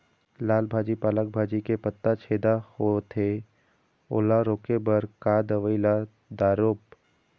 लाल भाजी पालक भाजी के पत्ता छेदा होवथे ओला रोके बर का दवई ला दारोब?